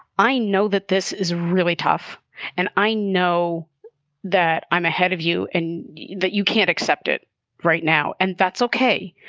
i know that this is really tough and i know that i'm ahead of you and that you can't accept it right now. and that's ok.